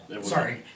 Sorry